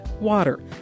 Water